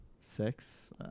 six